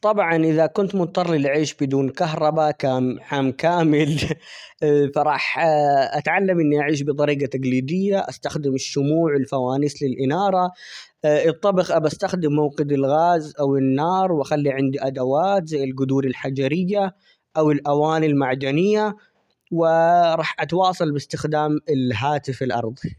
طبعًا إذا كنت مضطر لأعيش بدون كهرباء - كام- عام كامل ،فرح أتعلم إني أعيش بطريقة تقليدية ،استخدم الشموع ،والفوانيس للإنارة، الطبخ ابي استخدم موقد الغاز ،أو النار، وأخلي عندي أدوات زي القدور الحجريه أو الأواني المعدنية ،و راح أتواصل باستخدام الهاتف الأرضي.